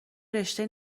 رشتهء